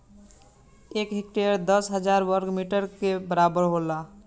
एक हेक्टेयर दस हजार वर्ग मीटर के बराबर होला